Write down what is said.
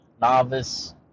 Novice